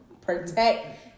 Protect